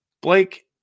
Blake